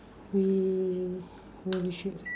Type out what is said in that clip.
we we should